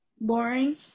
boring